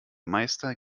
meister